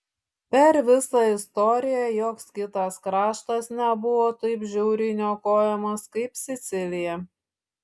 per visą istoriją joks kitas kraštas nebuvo taip žiauriai niokojamas kaip sicilija